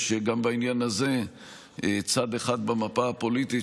יש גם בעניין הזה צד אחד במפה הפוליטית